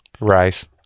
Rice